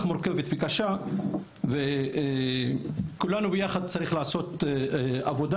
מורכבת וקשה וכולנו ביחד צריכים לעשות עבודה,